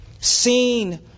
seen